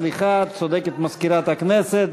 סליחה, צודקת מזכירת הכנסת.